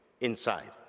inside